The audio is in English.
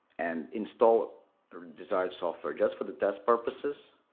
and install the desired software. just for the test purposes,